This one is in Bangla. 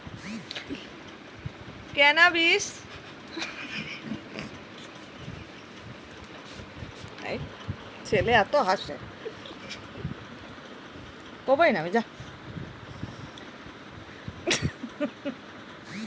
ক্যানাবিস স্যাটাইভা বা গাঁজা গাছের বয়ন শিল্পে ব্যবহৃত অংশটির নাম হল শন